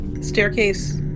staircase